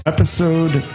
Episode